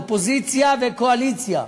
אופוזיציה וקואליציה,